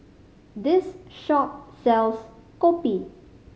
this shop sells kopi